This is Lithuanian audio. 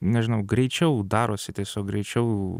nežinau greičiau darosi tiesiog greičiau